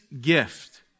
gift